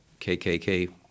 KKK